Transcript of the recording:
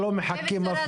תודה.